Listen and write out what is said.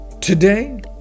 Today